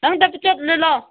ꯅꯪ ꯇꯞꯄꯆꯠꯅ ꯂꯥꯎ